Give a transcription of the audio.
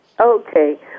Okay